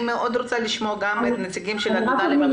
אני מאוד רוצה לשמוע גם את נציגי האגודה למלחמה בסרטן.